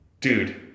Dude